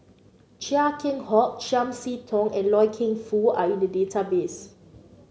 Chia Keng Hock Chiam See Tong and Loy Keng Foo are in the database